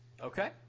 Okay